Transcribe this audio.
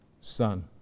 son